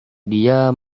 dia